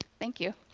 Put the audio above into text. thank you.